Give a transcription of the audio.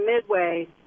midway